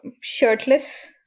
shirtless